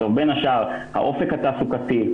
בין השאר האופק התעסוקתי,